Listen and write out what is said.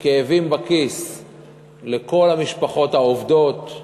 כאבים בכיס לכל המשפחות העובדות,